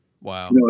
Wow